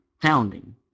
founding